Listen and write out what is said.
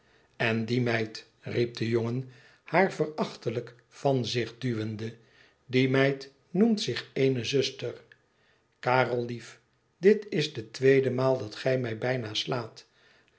n die meid riep de jongen haar verachtelijk van zich duwende die meid noemt zich eene zuster raremief dit is de tweede maal dat gij mij bijna slaat